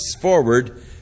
forward